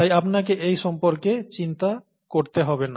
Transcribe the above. তাই আপনাকে এই সম্পর্কে চিন্তা করতে হবে না